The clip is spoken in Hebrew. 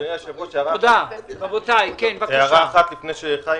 התעופה ולא לחברה אחת.